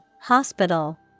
hospital